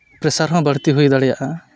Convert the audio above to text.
pressure ᱦᱚᱸ ᱵᱟᱹᱲᱛᱤ ᱦᱩᱭ ᱫᱟᱲᱮᱭᱟᱜᱼᱟ